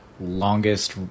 longest